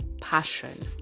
passion